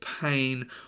pain